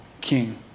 king